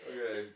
Okay